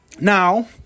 Now